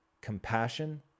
compassion